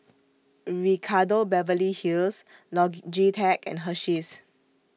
Ricardo Beverly Hills Logitech and Hersheys